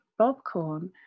bobcorn